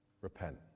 repent